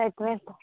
తక్కువే